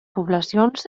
poblacions